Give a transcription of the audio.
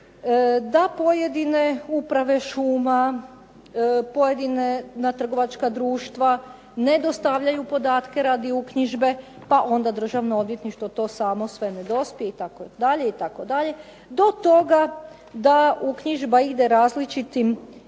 da pojedine uprave šuma, pojedina trgovačka društva ne dostavljaju podatke radi uknjižbe, pa onda Državno odvjetništvo to samo sve ne dospije itd. itd. do toga da uknjižba ide različitim